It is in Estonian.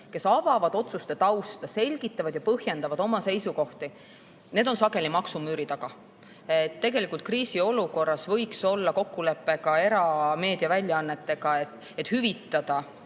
kes avavad otsuste tausta, selgitavad ja põhjendavad oma seisukohti, need on sageli maksumüüri taga. Tegelikult kriisiolukorras võiks olla kokkulepe erameediaväljaannetega, et näiteks